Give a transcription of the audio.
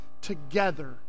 together